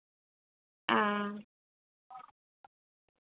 हां